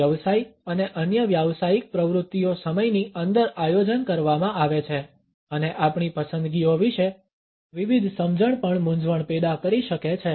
વ્યવસાય અને અન્ય વ્યાવસાયિક પ્રવૃત્તિઓ સમયની અંદર આયોજન કરવામાં આવે છે અને આપણી પસંદગીઓ વિશે વિવિધ સમજણ પણ મૂંઝવણ પેદા કરી શકે છે